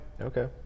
Okay